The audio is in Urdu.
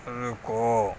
رکو